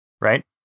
Right